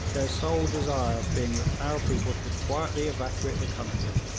their sole desire being that our people should quietly evacuate the country,